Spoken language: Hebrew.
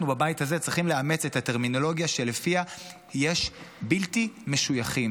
אנחנו בבית הזה צריכים לאמץ את הטרמינולוגיה שלפיה יש בלתי משויכים,